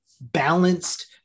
balanced